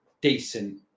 decent